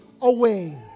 away